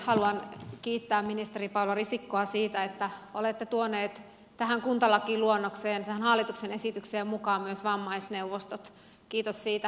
haluan kiittää ministeri paula risikkoa siitä että olette tuoneet tähän kuntalakiluonnokseen tähän hallituksen esitykseen mukaan myös vammaisneuvostot kiitos siitä